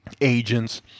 agents